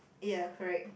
ya correct